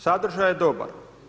Sadržaj je dobar.